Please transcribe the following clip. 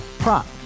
Prop